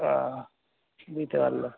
ও বুঝতে পারল